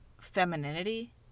femininity